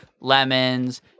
lemons